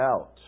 out